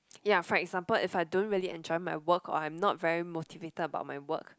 yea for example if I don't really enjoy my work or I am not very motivated about my work